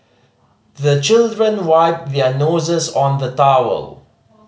the children wipe their noses on the towel